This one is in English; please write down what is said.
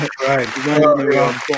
right